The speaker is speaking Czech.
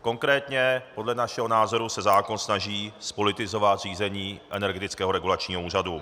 Konkrétně podle našeho názoru se zákon snaží zpolitizovat řízení Energetického regulačního úřadu.